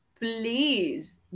please